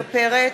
נגד עמיר פרץ,